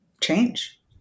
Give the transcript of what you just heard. change